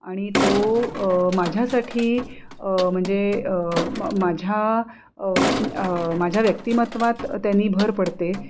आणि तो माझ्यासाठी म्हणजे म माझ्या माझ्या व्यक्तिमत्वात त्यांनी भर पडते